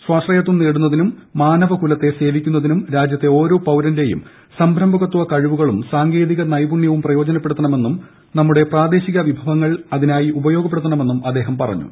സ്വാശ്രയത്വം നേടുന്നതിനും മാനവകുലത്തെ സേവിക്കൂന്നുതിനും രാജ്യത്തെ ഓരോ പൌരന്റെയും സംരംഭകത്വ കഴിവുകളും പ് സ്റാ്ങ്കേതിക നൈപുണ്യവും പ്രയോജനപ്പെടു ത്തണമെന്നും നമ്മുടെ ഷ്ട്റ്ദേശിക വിഭവങ്ങൾ അതിനായി ഉപയോഗ പ്പെടുത്തണമെന്നും അദ്ദേഹം പറഞ്ഞു